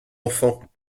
enfant